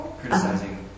Criticizing